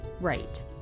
right